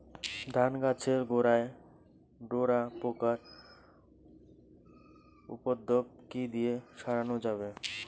ধান গাছের গোড়ায় ডোরা পোকার উপদ্রব কি দিয়ে সারানো যাবে?